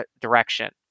direction